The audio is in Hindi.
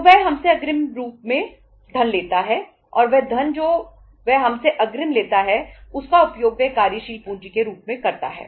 तो वह हमसे अग्रिम रूप से धन लेता है और वह धन जो वह हमसे अग्रिम लेता है उसका उपयोग वह कार्यशील पूंजी के रूप में करता है